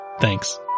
Thanks